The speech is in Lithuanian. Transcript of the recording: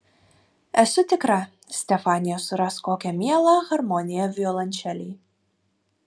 esu tikra stefanija suras kokią mielą harmoniją violončelei